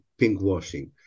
pinkwashing